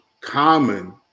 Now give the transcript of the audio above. common